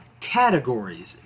categories